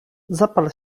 zapal